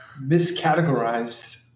miscategorized